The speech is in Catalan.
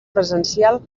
presencial